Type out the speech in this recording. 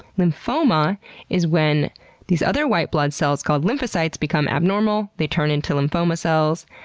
lymphoma is when these other white blood cells, called lymphocytes, become abnormal, they turn into lymphoma cells,